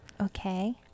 Okay